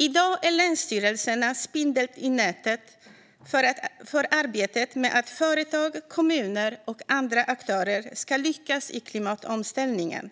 I dag är länsstyrelserna spindeln i nätet för arbetet med att företag, kommuner och andra aktörer ska lyckas i klimatomställningen.